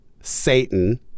Satan